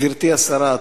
גברתי השרה,